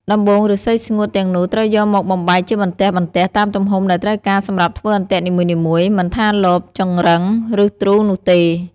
ដំបូង ឫស្សីស្ងួតទាំងនោះត្រូវយកមកបំបែកជាបន្ទះៗតាមទំហំដែលត្រូវការសម្រាប់ធ្វើអន្ទាក់នីមួយៗ មិនថាលប ចម្រឹង ឬទ្រូនោះទេ។